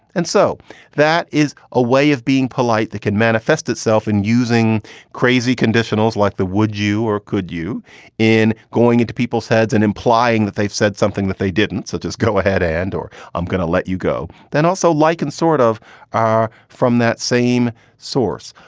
and so that is a way of being polite that can manifest itself in using crazy conditionals like the would you or could you in going into people's heads and implying that they've said something that they didn't. so just go ahead and or i'm gonna let you go then also, like in sort of from that same source,